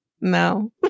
no